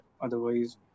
Otherwise